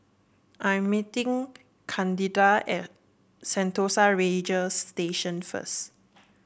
I am meeting Candida at Sentosa Ranger Station first